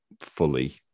fully